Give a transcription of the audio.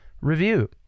review